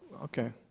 ok.